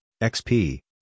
XP